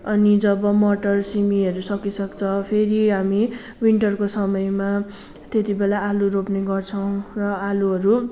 अनि जब मटर सिमीहरू सकिसक्छ फेरि हामी विन्टरको समयमा त्यतिबेला आलु रोप्ने गर्छौँ र आलुहरू